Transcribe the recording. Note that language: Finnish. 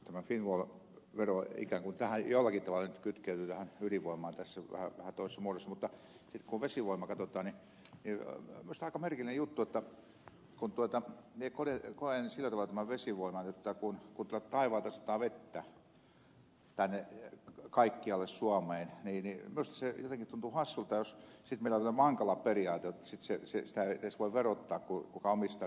omakehua veroja tai jollakin tavoin kytkeytyvää ylivoimaisessa toismurros mutta sitten kun vesivoimaa katsotaan niin minä koen sillä tavalla tämän vesivoiman että kun tuolta taivaalta sataa vettä kaikkialle suomeen niin minusta se jotenkin tuntuu hassulta jos sitten meillä on vielä mankala periaate että sitä ei edes voi verottaa kuka omistaa ne myllyt